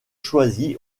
choisi